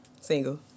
Single